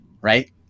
right